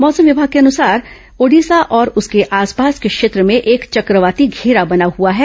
मौसम विभाग के मुताबिक ओडिशा और उसके आसपास के क्षेत्र में एक चक्रवाती घेरा बना हुआ है